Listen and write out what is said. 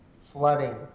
flooding